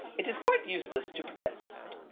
it is quite useless to protest.